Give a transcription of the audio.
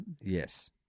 Yes